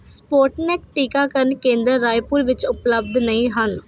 Sputnik ਟੀਕਾਕਰਨ ਕੇਂਦਰ ਰਾਏਪੁਰ ਵਿੱਚ ਉਪਲੱਬਧ ਨਹੀਂ ਹਨ